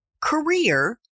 career